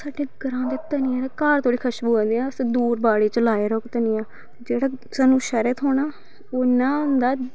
साढ़े ग्रांऽ दा धनियें दे घर धोड़ी खशबू आंदी असैं दूर बाड़ी च लाए दा होग धनियां जेह्ड़ा स्हानू शैह्रे च थ्होना ओह् इयां होंदा